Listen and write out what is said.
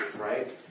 Right